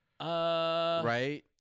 Right